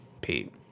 Pete